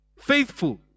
faithful